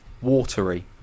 watery